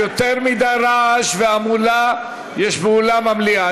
יותר מדי רעש והמולה יש באולם המליאה.